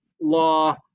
law